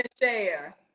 share